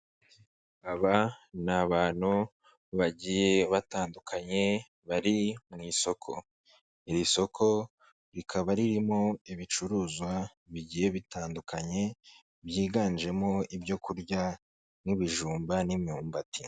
Aba ni abantu bagiye batandukanye bari mu isoko, iri soko rikaba ririmo ibicuruzwa bigiye bitandukanye, byiganjemo ibyo kurya, nk'ibijumba n'imyumbati.